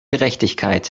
gerechtigkeit